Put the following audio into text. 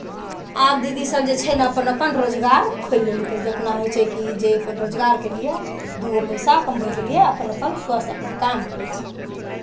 आब दीदीसभ जे छै ने अपन अपन रोजगार खोलि लेलकै जितना होइ छै कि जे अपन रोजगारके लिए दू गो पैसा कमबैके लिए अपन अपन स्वस्थ अपना काम करै छै